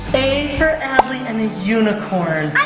a for adley and a unicorn!